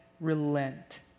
relent